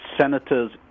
senators